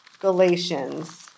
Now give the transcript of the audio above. Galatians